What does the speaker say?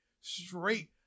straight